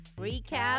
Recap